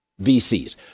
VCs